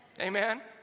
Amen